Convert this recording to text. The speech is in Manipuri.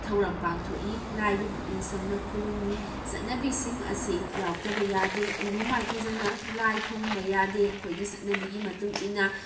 ꯊꯧꯔꯝ ꯄꯥꯡꯊꯣꯛꯏ ꯂꯥꯏꯕꯨ ꯄꯨꯛꯅꯤꯡ ꯆꯪꯅ ꯈꯨꯔꯨꯝꯃꯤ ꯆꯠꯅꯕꯤꯁꯤꯡ ꯑꯁꯤ ꯌꯥꯎꯗꯕ ꯌꯥꯗꯦ ꯏꯔꯨ ꯃꯥꯏꯊꯗꯅ ꯂꯥꯏ ꯈꯨꯔꯨꯝꯕ ꯌꯥꯗꯦ ꯑꯩꯈꯣꯏꯒꯤ ꯆꯠꯅꯕꯤꯒꯤ ꯃꯇꯨꯡ ꯏꯟꯅ